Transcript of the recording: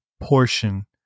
portion